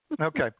Okay